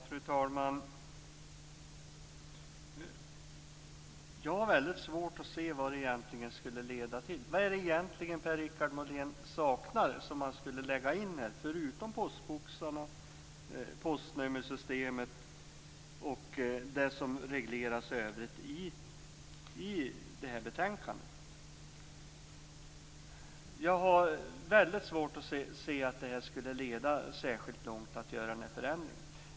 Fru talman! Jag har väldigt svårt att se vad det egentligen skulle leda till. Vad är det egentligen som Per-Richard Molén saknar och som man skulle lägga in här, förutom postboxarna, postnummersystemet och det som regleras i övrigt i detta betänkande? Jag har väldigt svårt att se att det skulle leda särskilt långt att göra den här förändringen.